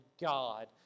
God